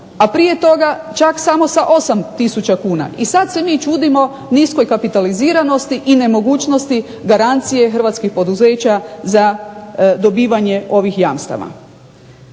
a prije toga čak samo sa 8 tisuća kuna. I sada se mi čudimo niskoj kapitaliziranosti i nemogućnosti garancije hrvatskih poduzeća za dobivanje ovih jamstava.